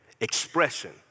expression